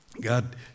God